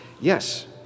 yes